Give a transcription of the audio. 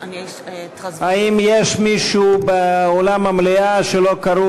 האם יש מישהו באולם המליאה שלא קראו